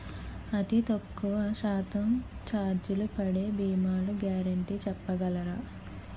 అతి తక్కువ శాతం ఛార్జీలు పడే భీమాలు గ్యారంటీ చెప్పగలరా?